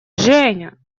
женя